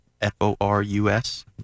F-O-R-U-S